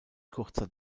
kurzer